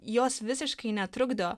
jos visiškai netrukdo